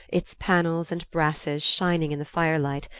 its panels and brasses shining in the firelight,